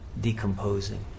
decomposing